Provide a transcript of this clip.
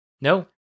No